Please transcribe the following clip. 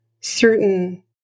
certain